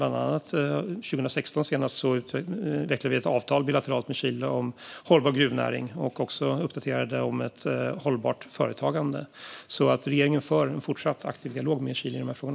Bland annat utvecklade vi 2016 bilateralt ett avtal med Chile om hållbar gruvnäring och uppdaterade ett avtal om hållbart företagande. Regeringen för alltså en fortsatt aktiv dialog med Chile i dessa frågor.